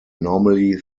normally